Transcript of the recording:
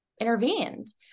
intervened